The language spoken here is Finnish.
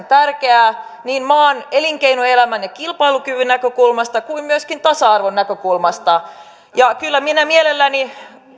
tärkeää niin maan elinkeinoelämän ja kilpailukyvyn näkökulmasta kuin myöskin tasa arvon näkökulmasta ja kyllä minä mieluummin